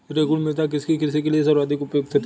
रेगुड़ मृदा किसकी कृषि के लिए सर्वाधिक उपयुक्त होती है?